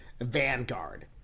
Vanguard